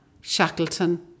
Shackleton